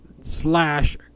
slash